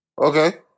Okay